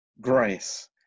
grace